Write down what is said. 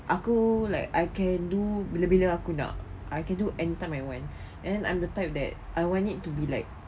aku like I can do bila-bila aku nak I can do any time I want and I'm the type that I want it to be like